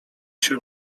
się